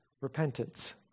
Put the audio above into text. Repentance